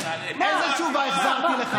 איזו תשובה החזרתי לך?